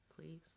please